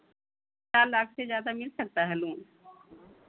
चार लाख से ज़्यादा मिल सकता है लोन